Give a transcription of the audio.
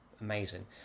amazing